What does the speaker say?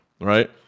right